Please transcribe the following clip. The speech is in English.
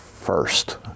first